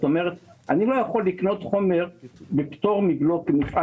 אני לא יכול לקנות חומר בפטור מבלו כמפעל